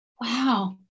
wow